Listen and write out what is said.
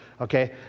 okay